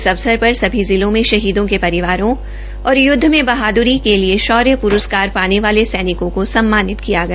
इस अवसरों पर सभ्ी जिलें मे शहीदों के परिवारों और यदध में बहादरी के लिए शौर्य प्रस्कार पाने वाले सैनिको को सम्मानित किया गया